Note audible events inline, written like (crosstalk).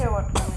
(coughs)